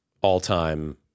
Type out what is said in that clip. all-time –